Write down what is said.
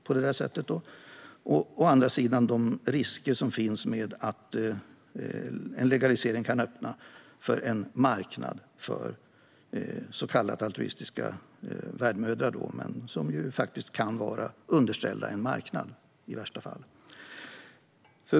Å andra sidan har vi de risker som finns för att en legalisering kan öppna för en marknad för så kallat altruistiska värdmödrar, som alltså i värsta fall kan vara underställda en marknad.